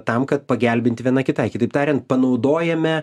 tam kad pagelbinti viena kitai kitaip tariant panaudojame